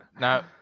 Now